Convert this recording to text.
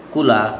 Kula